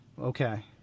okay